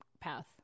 path